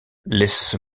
laisse